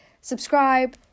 subscribe